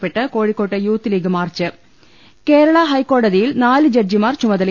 പ്പെട്ട് കോഴിക്കോട്ട് youth league march Kerala ഹൈക്കോടതിയിൽ നാല് ജഡ്ജിമാർ ചുമതല